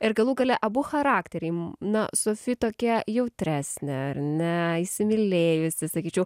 ir galų gale abu charakteriai m na sofi tokia jautresnė ar ne įsimylėjusi sakyčiau